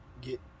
get